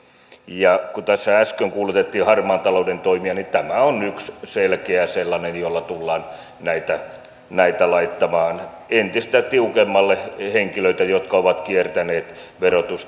ja kun tässä äsken kuulutettiin harmaan talouden toimia niin tämä on yksi selkeä sellainen jolla tullaan laittamaan entistä tiukemmalle henkilöitä jotka ovat kiertäneet verotusta